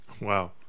Wow